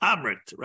Amrit